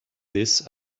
this